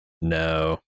No